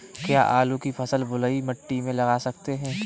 क्या आलू की फसल बलुई मिट्टी में लगा सकते हैं?